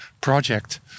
project